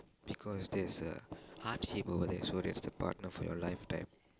because there's a heart shape over there so that's a partner for your lifetime